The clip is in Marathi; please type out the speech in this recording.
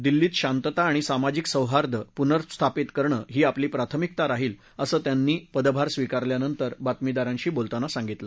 दिल्लीत शांतता आणि सामाजिक सौहार्द पुनस्थांपित करणं ही आपली प्राथमिकता राहील असं त्यांनी पदभार स्वीकारल्यानंतर बातमीदारांशी बोलताना सांगितलं